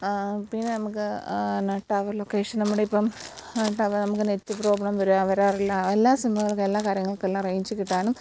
പിന്നെ നമുക്ക് എന്നാ ടവർ ലൊക്കേഷൻ നമ്മുടെ ഇപ്പോള് ടവർ നമുക്ക് നെറ്റ് പ്രോബ്ലം വരുക വരാറില്ല എല്ലാ സിമ്മുകൾക്കും എല്ലാ കാര്യങ്ങൾക്കെല്ലാം റേയ്ഞ്ച് കിട്ടാനും